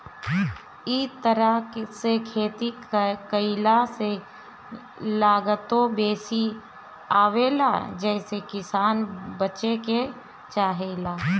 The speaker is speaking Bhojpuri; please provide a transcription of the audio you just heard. इ तरह से खेती कईला से लागतो बेसी आवेला जेसे किसान बचे के चाहेला